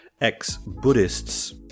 ex-Buddhists